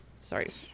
Sorry